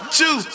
two